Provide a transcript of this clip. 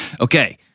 Okay